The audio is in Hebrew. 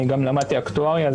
אני גם למדתי אקטואריה,